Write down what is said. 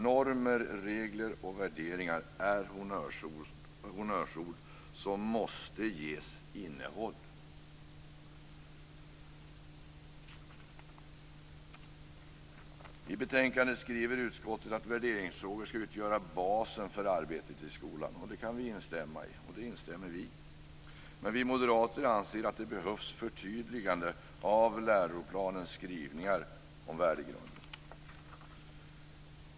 Normer, regler och värderingar är honnörsord som måste ges innehåll. I betänkandet skriver utskottet att värderingsfrågor skall utgöra basen för arbetet i skolan. Det kan vi instämma i. Men vi moderater anser att det behövs förtydliganden av läroplanens skrivningar om värdegrund.